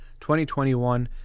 2021